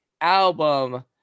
album